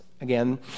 Again